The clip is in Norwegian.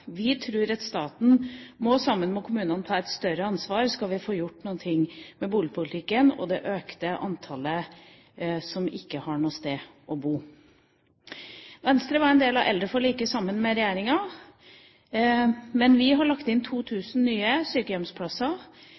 Vi tror at staten, sammen med kommunene, må ta et større ansvar hvis vi skal få gjort noe med boligpolitikken og det økte antall personer som ikke har noe sted å bo. Venstre var en del av eldreforliket sammen med regjeringa. Men vi har lagt inn 2 000 nye sykehjemsplasser.